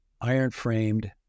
iron-framed